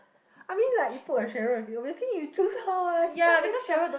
I mean like you put a Sheryl and me obviously you choose her [what] she 她会这样